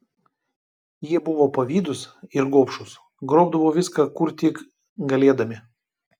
jie buvo pavydūs ir gobšūs grobdavo viską kur tik galėdami